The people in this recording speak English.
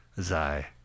Zai